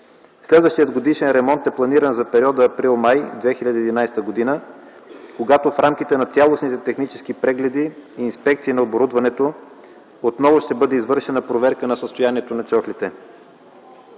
Следващият годишен ремонт е планиран за периода април май 2011 г., когато в рамките на цялостните технически прегледи и инспекции на оборудването отново ще бъде извършена проверка на състоянието на чохлите.